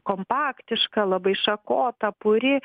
kompaktiška labai šakota puri